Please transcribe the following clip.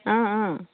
অঁ অঁ